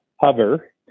hover